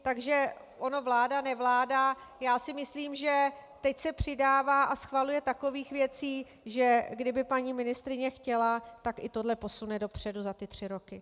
Takže ono vládanevláda, já si myslím, že teď se přidává a schvaluje takových věcí, že kdyby paní ministryně chtěla, tak i tohle posune dopředu za ty tři roky.